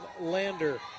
Lander